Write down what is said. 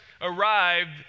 arrived